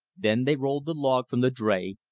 then they rolled the log from the dray,